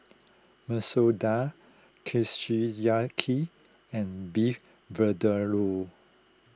Masoor Dal and Beef Vindaloo